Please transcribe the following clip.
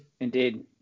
indeed